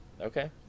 Okay